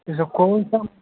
इ सब कौन कौन